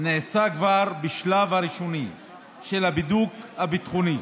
נעשית כבר בשלב הראשוני של הבידוק הביטחוני,